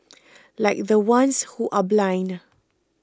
like the ones who are blind